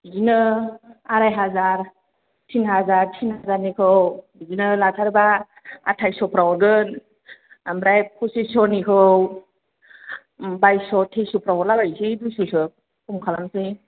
बिदिनो आराय हाजार थिन हाजार थिन हाजारनिखौ बिदिनो लाथारोबा आथायस्स' फ्राव हरगोन ओमफ्राय पचिस्स'निखौ बायचस्स' थेचस्स'फ्राव हरलाबायनोसै दुइस'सो खम खालामनोसै